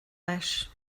leis